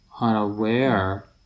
unaware